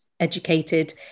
Educated